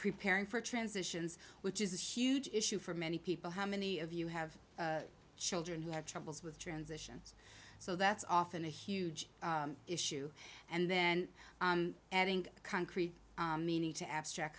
preparing for transitions which is a huge issue for many people how many of you have children who have troubles with transitions so that's often a huge issue and then adding concrete meaning to abstract